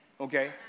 okay